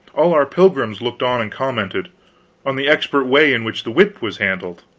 all our pilgrims looked on and commented on the expert way in which the whip was handled.